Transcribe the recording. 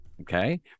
okay